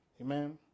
Amen